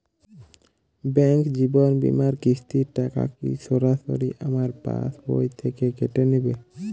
Bank জীবন বিমার কিস্তির টাকা কি সরাসরি আমার পাশ বই থেকে কেটে নিবে?